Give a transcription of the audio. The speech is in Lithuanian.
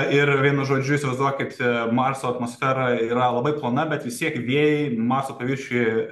ir vienu žodžiu įsivaizduokit marso atmosfera yra labai plona bet vis tiek vėjai marso paviršiuje